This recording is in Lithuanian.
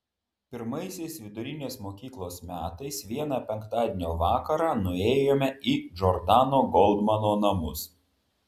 pirmaisiais vidurinės mokyklos metais vieną penktadienio vakarą nuėjome į džordano goldmano namus